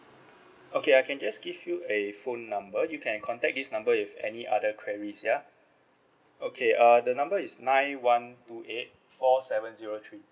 okay I can just give you a phone number you can contact this number if any other queries ya okay uh the number is nine one two eight four seven zero three